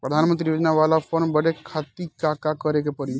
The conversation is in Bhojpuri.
प्रधानमंत्री योजना बाला फर्म बड़े खाति का का करे के पड़ी?